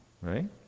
right